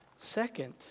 Second